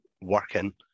working